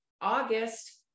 August